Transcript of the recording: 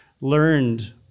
learned